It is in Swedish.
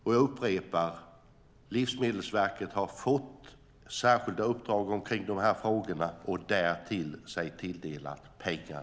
Jag upprepar att Livsmedelsverket har fått särskilda uppdrag när det gäller den här frågan och har dessutom tilldelats pengar.